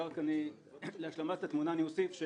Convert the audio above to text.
להשלמת התמונה אוסיף,